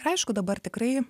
ir aišku dabar tikrai